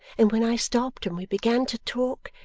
and when i stopped and we began to talk,